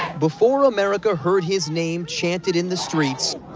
before america heard his name chanted in the streets.